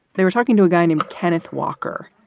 they were talking to a guy named kenneth walker.